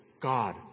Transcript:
God